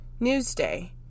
Newsday